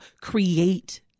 create